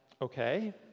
okay